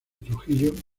trujillo